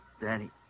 Danny